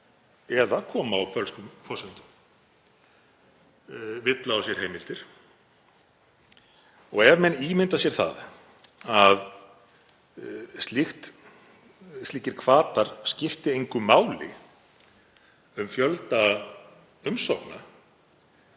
eða koma á fölskum forsendum, villa á sér heimildir. Ef menn ímynda sér að slíkir hvatar skipti engu máli um fjölda umsókna